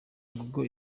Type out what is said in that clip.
google